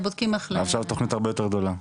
עכשיו יש תכנית הרבה יותר גדולה.